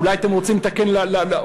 אולי אתם רוצים לתקן רחוק,